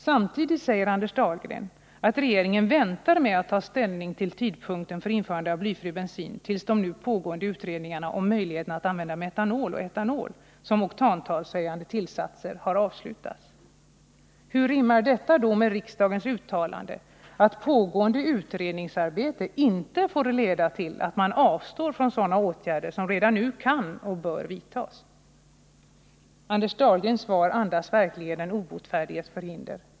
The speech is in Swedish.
Samtidigt säger Anders Dahlgren att regeringen väntar med att ta ställning till tidpunkten för införande av blyfri bensin tills de nu pågående utredningarna om möjligheterna att använda metanol och etanol som oktantalshöjande tillsatser har avslutats. Hur rimmar detta med riksdagens uttalande att pågående utredningsarbete inte får leda till att man avstår från sådana åtgärder som redan nu kan och bör vidtas? Anders Dahlgrens svar andas verkligen den obotfärdiges förhinder.